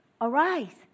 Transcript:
Arise